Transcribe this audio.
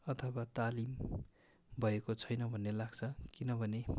अथवा तालिम भएको छैन भन्ने लाग्छ किनभने